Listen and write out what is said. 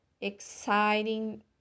exciting